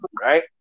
right